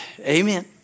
Amen